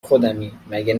خودمی، مگه